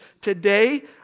today